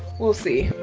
we'll see.